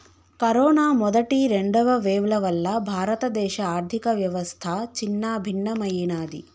corona మొదటి, రెండవ వేవ్ల వల్ల భారతదేశ ఆర్ధికవ్యవస్థ చిన్నాభిన్నమయ్యినాది